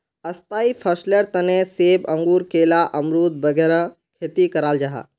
स्थाई फसलेर तने सेब, अंगूर, केला, अमरुद वगैरह खेती कराल जाहा